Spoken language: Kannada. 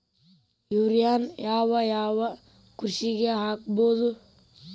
ಯೂರಿಯಾನ ಯಾವ್ ಯಾವ್ ಕೃಷಿಗ ಹಾಕ್ಬೋದ?